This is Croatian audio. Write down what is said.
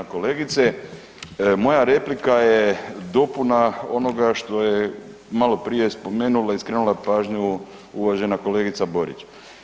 Uvažena kolegice, moja replika je dopuna onoga što je maloprije spomenula i skrenula pažnju uvažena kolegica Borić.